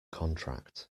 contract